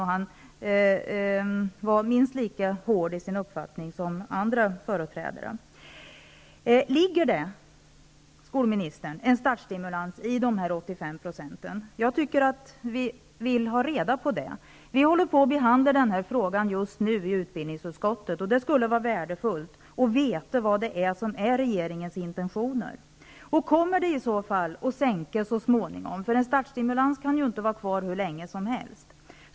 Han var minst lika hård i sin bedömning som andra företrädare. Ligger det, skolministern, en startstimulans i de här 85 %? Vi vill ha reda på det, eftersom vi just nu håller på att behandla denna fråga i utbildningsutskottet. Det skulle vara värdefullt att få veta regeringens intentioner. Om det är en startstimulans, kommer den att sänkas så småningom? En startstimulans kan ju inte vara kvar hur länge som helst.